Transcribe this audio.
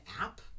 app